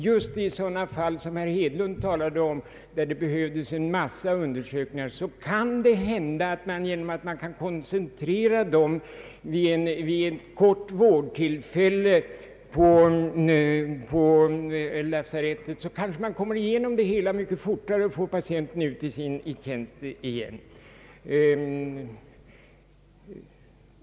Just i sådana fall som herr Hedlund talade om, då det behövs en massa olika undersökningar, kanske man genom att de koncentreras till ett enda kort vårdtillfälle på lasarettet kan få patienten igenom det hela mycket fortare och snabbare få ut honom i tjänst igen.